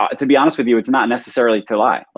ah to be honest with you it's not necessary to lie.